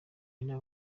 nina